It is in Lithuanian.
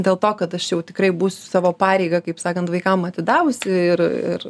dėl to kad aš jau tikrai būsiu savo pareigą kaip sakant vaikam atidavusi ir